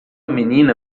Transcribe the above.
menina